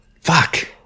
Fuck